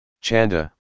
Chanda